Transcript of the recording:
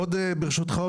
עוד נושא ברשותך.